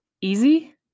easy